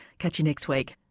catch you next week